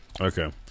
Okay